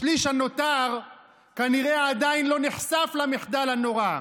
השליש הנותר כנראה לא נחשף עדיין למחדל הנורא,